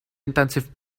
intensive